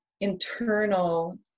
internal